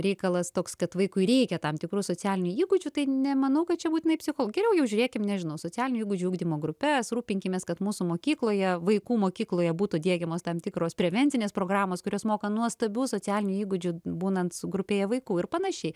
reikalas toks kad vaikui reikia tam tikrų socialinių įgūdžių tai nemanau kad čia būtinai psicho geriau jau žiūrėkim nežinau socialinių įgūdžių ugdymo grupes rūpinkimės kad mūsų mokykloje vaikų mokykloje būtų diegiamos tam tikros prevencinės programos kurios moko nuostabių socialinių įgūdžių būnant grupėje vaikų ir panašiai